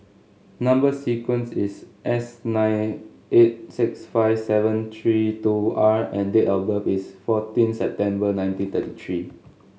number sequence is S nine eight six five seven three two R and date of birth is fourteen September nineteen thirty three